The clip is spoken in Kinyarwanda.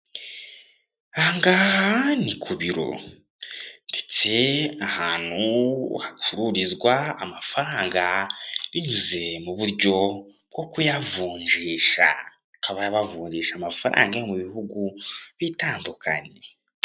Aha ngaha ni ku biro. Ndetse ahantu hacururizwa amafaranga binyuze mu buryo bwo kuyavunjisha. Bakaba bavurisha amafaranga yo mu bihugu bitandukanye.